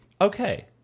okay